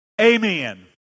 amen